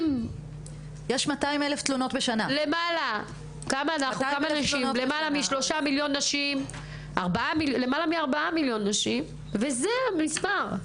עם למעלה מ-4 מיליון נשים וזה המספר.